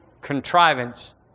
contrivance